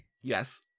Yes